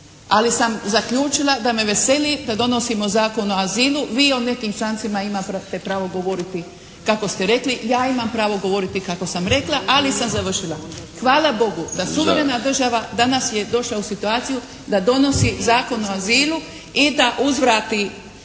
Ali sam zaključila da me veseli da donosimo Zakon o azilu. Vi o nekim člancima imate pravo govoriti kako ste rekli. Ja imam pravo govoriti kako sam rekla, ali sam završila. Hvala Bogu da suverena država danas je došla u situaciju da donosi Zakon o azilu i da uzvrati